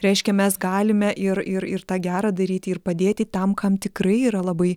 reiškia mes galime ir ir ir tą gerą daryti ir padėti tam kam tikrai yra labai